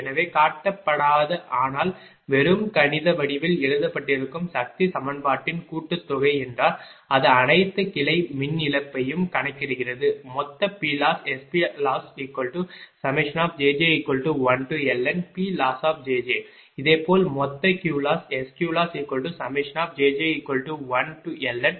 எனவே காட்டப்படாத ஆனால் வெறும் கணித வடிவில் எழுதப்பட்டிருக்கும் சக்தி சமன்பாட்டின் கூட்டுத்தொகை என்றால் அது அனைத்து கிளை மின் இழப்பையும் கணக்கிடுகிறது மொத்த P loss SPLossjj1LNPLoss இதேபோல் மொத்த Q loss SQLossjj1LNQLoss